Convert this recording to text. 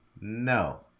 No